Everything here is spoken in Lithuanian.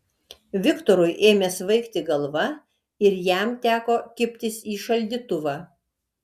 viktorui ėmė svaigti galva ir jam teko kibtis į šaldytuvą